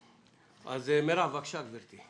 מירב, בבקשה גבירתי.